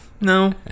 no